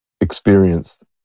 experienced